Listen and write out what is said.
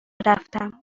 رفتم